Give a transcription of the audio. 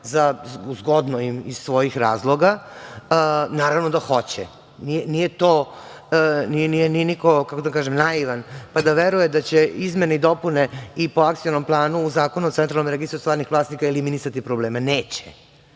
za zgodno im iz svojih razloga? Naravno da hoće, nije niko, kako da kažem, naivan, pa da veruje da će izmene i dopune i po akcionom planu u Zakonu o Centralnom registru stvarnih vlasnika i eliminisati probleme. Neće. Da